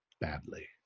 badly